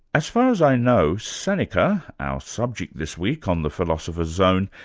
as far as i know, seneca, our subject this week on the philosopher's zone,